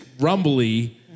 rumbly